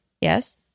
Yes